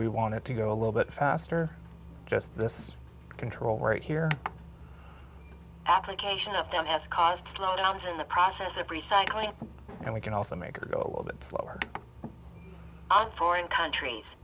we want to go a little bit faster just this control right here application of them has caused problems in the process of recycling and we can also make it go a little bit slower on foreign countries